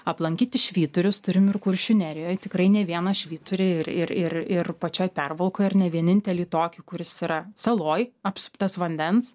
aplankyti švyturius turim ir kuršių nerijoj tikrai ne vieną švyturį ir ir ir ir pačioj pervalkoj ir ne vienintelį tokį kuris yra saloj apsuptas vandens